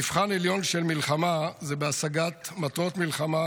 מבחן עליון של מלחמה הוא בהשגת מטרות מלחמה